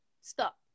Stop